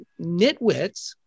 nitwits